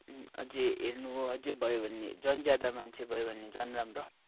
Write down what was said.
अझ हेर्नु हो अझ भयो भने झन् ज्यादा मान्छे भयो भने झन् राम्रो